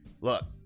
look